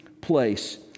place